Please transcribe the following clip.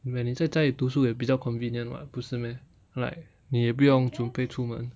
when 你在家里读书也比较 convenient [what] 不是 meh like 你也不用准备出门